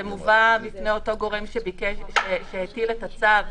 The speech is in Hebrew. זה מובא בפני אותו גורם שהתיר את הצו.